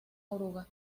oruga